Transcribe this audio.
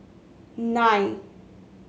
nine